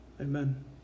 Amen